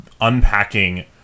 unpacking